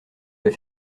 vais